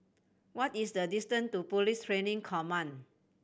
what is the distance to Police Training Command